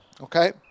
okay